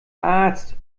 arzt